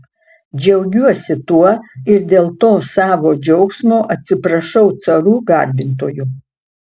džiaugiuosi tuo ir dėl to savo džiaugsmo atsiprašau carų garbintojų